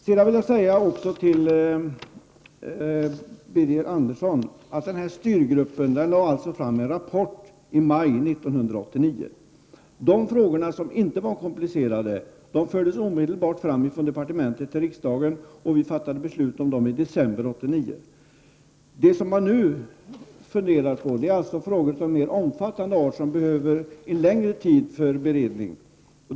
Sedan vill jag säga till Birger Andesson att styrgruppen lade fram en rapport i maj 1989. De frågor som inte var komplicerade fördes omedelbart fram från departementet till riksdagen, och vi fattade beslut om dem i december 1989. Det som man nu funderar på är frågor av mer omfattande art som behöver längre tid för beredning.